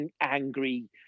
angry